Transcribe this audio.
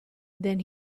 then